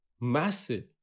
Massive